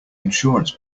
insurance